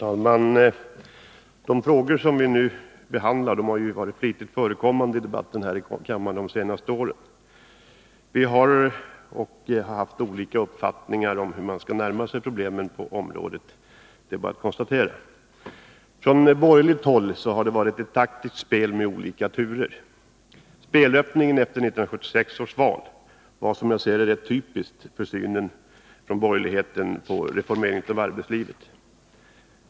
Herr talman! De frågor som vi nu behandlar har varit flitigt förekommande i debatten här i kammaren de senaste åren. Att vi har och har haft olika uppfattningar om hur man skall närma sig problemen på detta område är bara att konstatera. Från borgerligt håll har det varit ett taktiskt spel med olika turer. Spelöppningen efter 1976 års val var som jag ser det typisk för borgerlighetens syn på reformeringen av arbetslivet.